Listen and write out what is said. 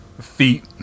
feet